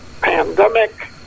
pandemic